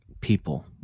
people